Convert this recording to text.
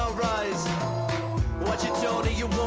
rise what you tony you?